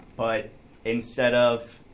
but instead of,